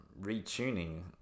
retuning